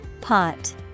Pot